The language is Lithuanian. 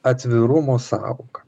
atvirumo sąvoką